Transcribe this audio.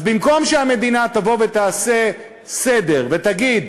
אז במקום שהמדינה תבוא ותעשה סדר ותגיד: